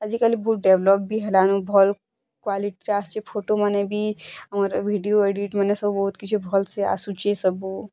ଆଜିକାଲି ବହୁତ୍ ଡ଼େଭଲପ୍ ବି ହେଲାନ ଭଲ୍ କ୍ୱାଲିଟିର ଆସୁଛି ଫୋଟେମାନେ ବି ଆମର୍ ଭିଡ଼ିଓ ଏଡ଼ିଟ୍ ମାନେ ସବୁ ବହୁତ୍ କିଛି ଭଲ୍ ସେ ଆସୁଛି ସବୁ